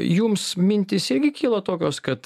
jums mintys irgi kyla tokios kad